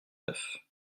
neuf